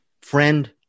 friend